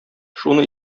шуны